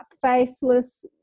faceless